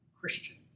Christian